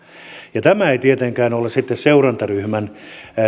ja ei tietenkään ole sitten seurantaryhmän